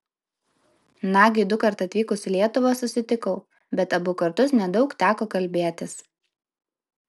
nagiui dukart atvykus į lietuvą susitikau bet abu kartus nedaug teko kalbėtis